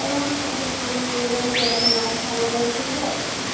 आओर वहाँपर से खाना मँगबैयछी अगर हमरा अच्छा लगय छिके